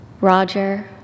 Roger